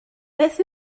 beth